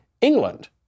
England